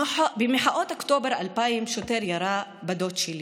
במחאות אוקטובר 2000 שוטר ירה בדוד שלי.